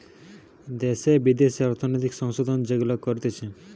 দ্যাশে বিদ্যাশে অর্থনৈতিক সংশোধন যেগুলা করতিছে